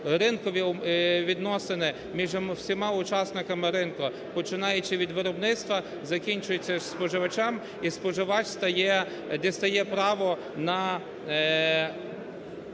ринкові відносини між всіма учасникам ринку, починаючи від виробництва, закінчуючи споживачем. І споживач стає, дістає право на, дістає